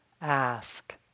ask